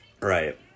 Right